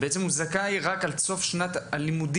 בעצם הוא זכאי רק עד סוף שנת הלימודים,